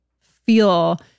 feel